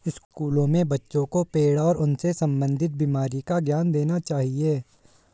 स्कूलों में बच्चों को पेड़ और उनसे संबंधित बीमारी का ज्ञान देना चाहिए